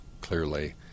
clearly